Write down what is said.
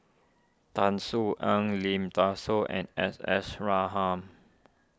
Tan Su Aun Lim Tan Soo and S S Ratham